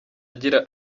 agira